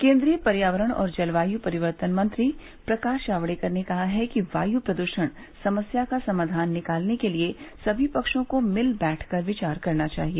केंद्रीय पर्यावरण और जलवायू परिवर्तन मंत्री प्रकाश जावड़ेकर ने कहा है कि वायू प्रद्षण समस्या का समाधान निकालने के लिए सभी पक्षों को मिल बैठकर विचार करना चाहिए